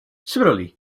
similarly